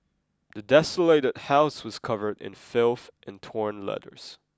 the desolated house was covered in filth and torn letters